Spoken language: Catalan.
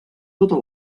tota